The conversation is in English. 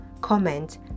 comment